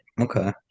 Okay